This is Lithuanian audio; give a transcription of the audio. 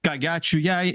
ką gi ačiū jai